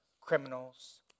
criminals